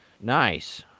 Nice